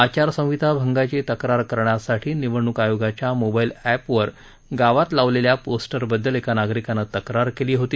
आचारसंहिता अंगाची तक्रार करण्यासाठी निवडणूक आयोगाच्या मोबाईल अप्सवर गावात लावलेल्या पोस्टरबददल एका नागरिकानं तक्रार केली होती